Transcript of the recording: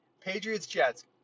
Patriots-Jets